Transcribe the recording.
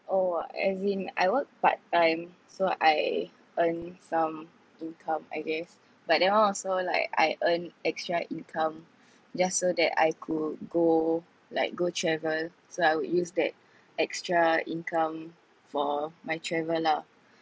oh as in I work part time so I earn some income I guess but that one also like I earn extra income just so that I could go like go travel so I would use that extra income for my travel lah